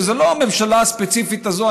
וזו לא הממשלה הספציפית הזאת,